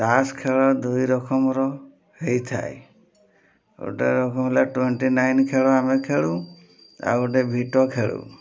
ତାସ୍ ଖେଳ ଦୁଇ ରକମର ହେଇଥାଏ ଗୋଟେ ରକମ ହେଲା ଟ୍ୱେଣ୍ଟି ନାଇନ୍ ଖେଳ ଆମେ ଖେଳୁ ଆଉ ଗୋଟେ ଭିଟ ଖେଳୁ